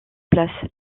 place